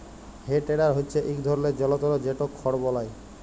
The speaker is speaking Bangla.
হে টেডার হচ্যে ইক ধরলের জলতর যেট খড় বলায়